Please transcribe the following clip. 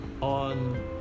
on